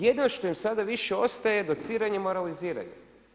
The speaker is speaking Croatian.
Jedino što im sada više ostaje je dociranje i moraliziranje.